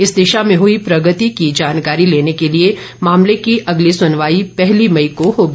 इस दिशा में हई प्रगति की जानकारी लेने के लिये मामले की अगली सुनवाई पहली मई को होगी